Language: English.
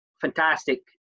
fantastic